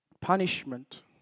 punishment